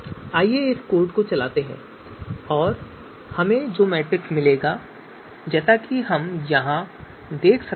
आइए इस कोड को चलाते हैं और हमें मैट्रिक्स मिलेगा जैसा कि यहां देखा जा सकता है